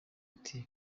ati